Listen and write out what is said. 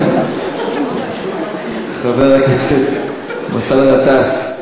חבר הכנסת באסל גטאס,